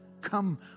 Come